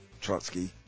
Trotsky